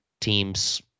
teams